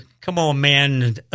come-on-man